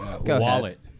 Wallet